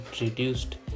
reduced